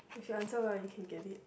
if you answer well you can get it